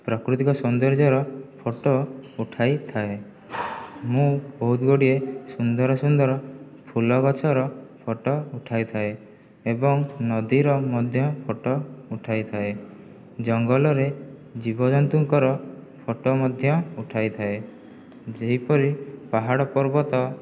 ପ୍ରାକୃତିକ ସୌନ୍ଦର୍ଯ୍ୟର ଫଟୋ ଉଠାଇଥାଏ ମୁଁ ବହୁତଗୁଡ଼ିଏ ସୁନ୍ଦର ସୁନ୍ଦର ଫୁଲ ଗଛର ଫଟୋ ଉଠାଇଥାଏ ଏବଂ ନଦୀର ମଧ୍ୟ ଫଟୋ ଉଠାଇଥାଏ ଜଙ୍ଗଲରେ ଜୀବଜନ୍ତୁଙ୍କର ଫଟୋ ମଧ୍ୟ ଉଠାଇଥାଏ ଯେପରି ପାହାଡ଼ ପର୍ବତ